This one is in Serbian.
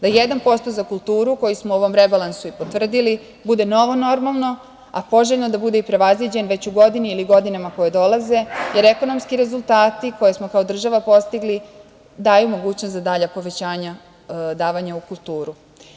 Da 1% za kulturu, koji smo i u ovom rebalansu i potvrdili, bude novo normalno, a poželjno je da bude i prevaziđen već u godini ili godinama koje dolaze, jer ekonomski rezultati koje smo kao država postigli, daju mogućnost za dalja povećanja davanja u kulturu.